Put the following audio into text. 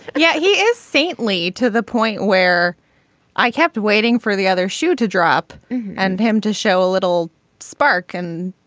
yeah he is saintly to the point where i kept waiting for the other shoe to drop and him to show a little spark and